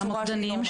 המוקדנים,